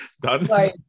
done